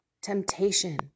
temptation